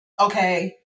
okay